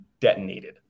detonated